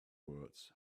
words